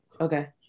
Okay